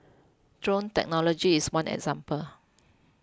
drone technology is one example